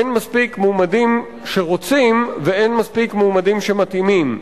אין מספיק מועמדים שרוצים ואין מספיק מועמדים שמתאימים.